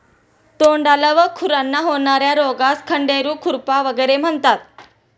तोंडाला व खुरांना होणार्या रोगास खंडेरू, खुरपा वगैरे म्हणतात